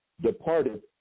departed